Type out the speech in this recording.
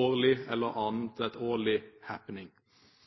årlig eller